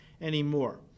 anymore